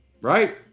right